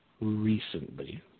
recently